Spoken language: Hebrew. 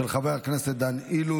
של חבר הכנסת דן אילוז,